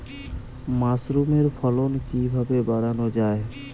মাসরুমের ফলন কিভাবে বাড়ানো যায়?